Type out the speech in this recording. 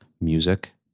music